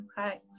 Okay